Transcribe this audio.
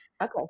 Okay